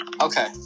Okay